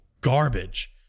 garbage